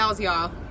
y'all